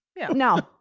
No